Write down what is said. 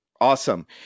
Awesome